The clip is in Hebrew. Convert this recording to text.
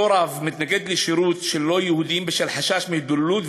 אותו רב מתנגד לשירות של לא-יהודים בשל חשש מהתבוללות,